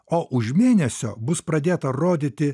o už mėnesio bus pradėta rodyti